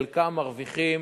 חלקם מרוויחים